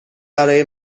برای